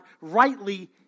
rightly